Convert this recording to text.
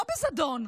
לא בזדון,